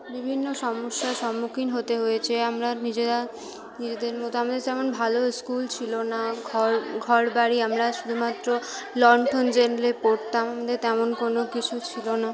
বিভিন্ন সমস্যার সম্মুখীন হতে হয়েছে আমরা নিজেরা নিজেদের মতো আমদের তেমন ভালো স্কুল ছিলো না ঘর বাড়ি আমরা শুধুমাত্র লন্ঠন জ্বেলে পড়তাম আমাদের তেমন কোনো কিছু ছিলো না